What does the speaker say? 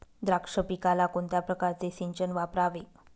द्राक्ष पिकाला कोणत्या प्रकारचे सिंचन वापरावे?